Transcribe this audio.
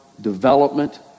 development